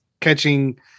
catching